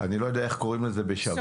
אני לא יודע איך קוראים לזה בשב"ס.